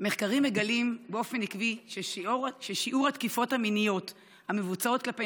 מחקרים מגלים באופן עקבי ששיעור התקיפות המיניות המבוצעות כלפי